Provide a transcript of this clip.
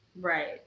Right